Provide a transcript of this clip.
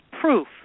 proof